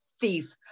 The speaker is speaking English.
thief